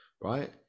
right